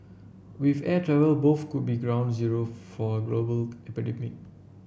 with air travel both could be ground zero for a global epidemic